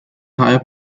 higher